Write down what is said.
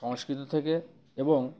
সংস্কৃত থেকে এবং